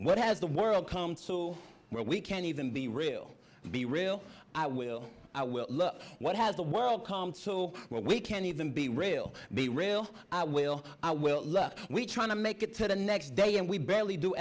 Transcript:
what has the world come so we can even be real be real i will i will love what has the world com so we can even be real be real well i will love we try to make it to the next day and we barely do